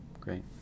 Great